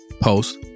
post